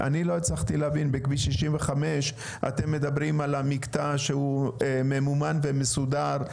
בכביש 65 אתם מדברים על המקטע שהוא ממומן ומסודר,